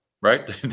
Right